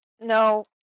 No